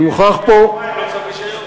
אני מוכרח פה, לא צריך רישיון.